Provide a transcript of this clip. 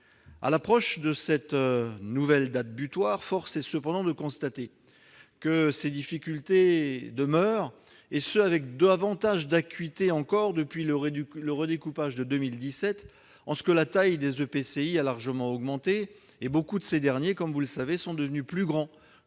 À l'approche de cette nouvelle date butoir, force est cependant de constater que ces difficultés demeurent, et ce avec davantage d'acuité encore depuis le redécoupage de 2017, en ce que la taille des EPCI a largement augmenté et que beaucoup d'entre eux sont devenus plus grands